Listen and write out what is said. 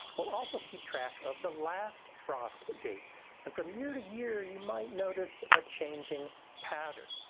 we'll also keep track of the last frost date and from year to year you might notice a changing pattern.